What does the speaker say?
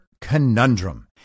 conundrum